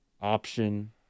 option